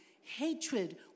Hatred